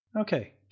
Okay